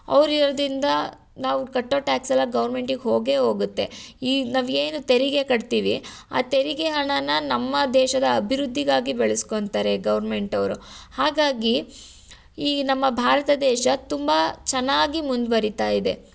ಅವರಿವರ್ದಿಂದ ನಾವು ಕಟ್ಟೋ ಟ್ಯಾಕ್ಸ್ ಎಲ್ಲ ಗೌರ್ಮೆಂಟಿಗೆ ಹೋಗೇ ಹೋಗುತ್ತೆ ಈಗ ನಮಗೇನು ತೆರಿಗೆ ಕಟ್ತೀವಿ ಆ ತೆರಿಗೆ ಹಣನಾ ನಮ್ಮ ದೇಶದ ಅಭಿವೃದ್ಧಿಗಾಗಿ ಬಳಸ್ಕೊತಾರೆ ಗೌರ್ಮೆಂಟ್ ಅವರು ಹಾಗಾಗಿ ಈ ನಮ್ಮ ಭಾರತ ದೇಶ ತುಂಬ ಚೆನ್ನಾಗಿ ಮುಂದುವರಿತಾ ಇದೆ